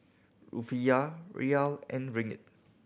Rufiyaa Riyal and Ringgit